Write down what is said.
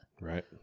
Right